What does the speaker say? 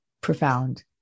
profound